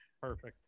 Perfect